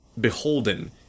beholden